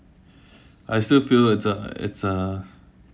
I still feel it's a it's a